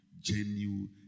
genuine